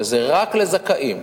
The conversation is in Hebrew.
זה רק לזכאים,